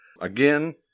Again